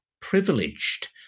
privileged